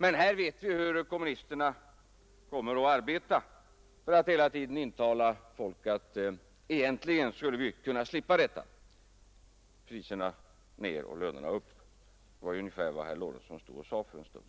Men vi vet hur kommunisterna kommer att arbeta för att hela tiden intala folk att vi egentligen skulle kunna slippa detta. Priserna ned och lönerna upp! är ungefär vad herr Lorentzon sade för en stund